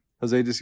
Jose